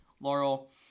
Laurel